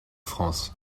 france